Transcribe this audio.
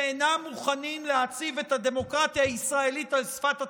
ואינם מוכנים להציב את הדמוקרטיה הישראלית על שפת התהום.